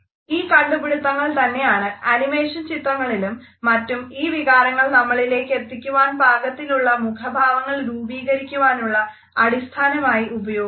ഈ കണ്ടുപിടുത്തങ്ങൾത്തന്നെയാണ് അനിമേഷൻ ചിത്രങ്ങളിലും മറ്റും ഈ വികാരങ്ങൾ നമ്മളിലേക്കെത്തിക്കുവാൻ പാകത്തിനുള്ള മുഖഭാവങ്ങൾ രൂപീകരിക്കുവാനുള്ള അടിസ്ഥാനമായി ഉപയോഗിക്കുന്നത്